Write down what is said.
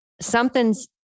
Something's